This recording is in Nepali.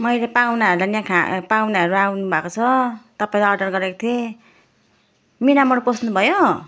मैले पाहुनाहरूलाई याँ खा पाहुनाहरू आउनुभएको छ तपाईँलाई अर्डर गरेको थिएँ मिनामोड पस्नुभयो